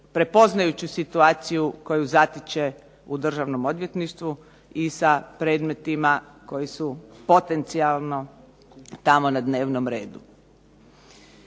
prepoznajući situaciju koju zatiče u državnom odvjetništvu i sa predmetima koji su potencijalno tamo na dnevnom redu.